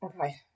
Okay